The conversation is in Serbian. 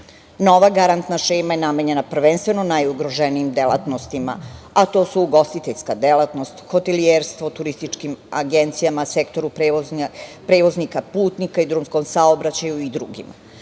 Nova garantna šema je namenjena prvenstveno najugroženijim delatnostima, a to su ugostiteljska delatnost, hotelijerstvo, turističkim agencijama, sektoru prevoznika putnika, drumskom saobraćaju i drugima.Za